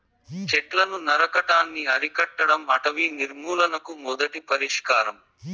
చెట్లను నరకటాన్ని అరికట్టడం అటవీ నిర్మూలనకు మొదటి పరిష్కారం